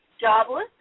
jobless